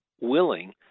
willing